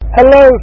Hello